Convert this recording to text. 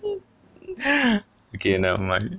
okay nevermind